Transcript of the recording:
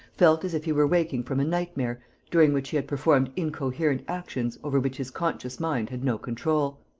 felt as if he were waking from a nightmare during which he had performed incoherent actions over which his conscious mind had no control.